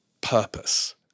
purpose